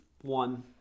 one